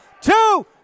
two